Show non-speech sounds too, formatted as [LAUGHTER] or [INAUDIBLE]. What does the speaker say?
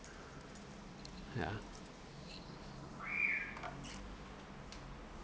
[BREATH] ya